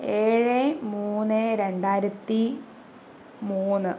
ഏഴ് മൂന്ന് രണ്ടായിരത്തി മൂന്ന്